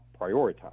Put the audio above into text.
prioritize